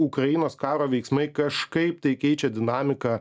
ukrainos karo veiksmai kažkaip tai keičia dinamiką